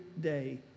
day